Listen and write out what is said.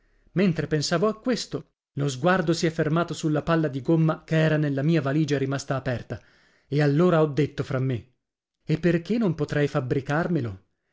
mentre pensavo a questo lo sguardo si è fermato sulla palla di gomma che era nella mia valigia rimasta aperta e allora ho detto fra me e perché non potrei fabbricarmelo